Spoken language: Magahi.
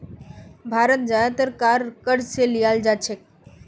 भारत ज्यादातर कार क़र्ज़ स लीयाल जा छेक